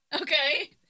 Okay